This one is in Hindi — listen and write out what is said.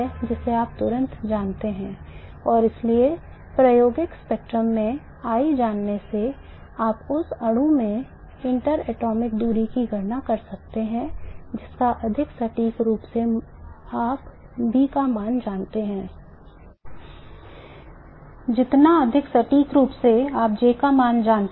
और यदि आप प्रायोगिक स्पेक्ट्रम आदि के मान की गणना कर सकते हैं